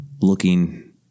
looking